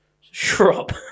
Shrub